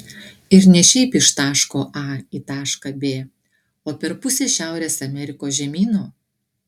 ir ne šiaip iš taško a į tašką b o per pusę šiaurės amerikos žemyno